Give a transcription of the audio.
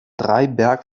dreiberg